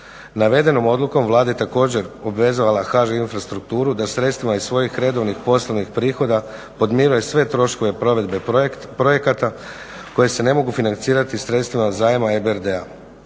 Navedenom odlukom Vlada je također obvezala HŽ Infrastrukturu da sredstvima iz svojih redovnih poslovnih prihoda podmiruje sve troškove provedbe projekata koji se ne mogu financirati sredstvima zajma EBRD-a.